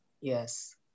Yes